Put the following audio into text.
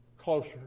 closer